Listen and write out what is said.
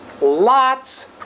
lots